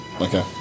Okay